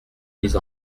mise